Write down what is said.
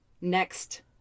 next